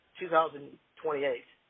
2028